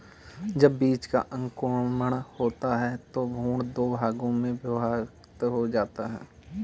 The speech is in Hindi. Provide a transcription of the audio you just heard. जब बीज का अंकुरण होता है तो भ्रूण दो भागों में विभक्त हो जाता है